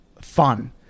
fun